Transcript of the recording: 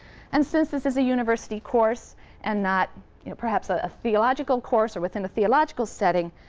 and since this is a university course and not perhaps ah a theological course or within a theological setting,